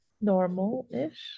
normal-ish